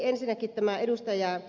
ensinnäkin ed